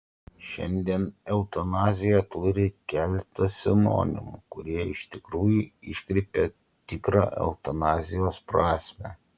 šiandien eutanazija turi keletą sinonimų kurie iš tikrųjų iškreipia tikrą eutanazijos prasmę